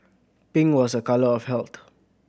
pink was a colour of health